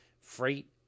freight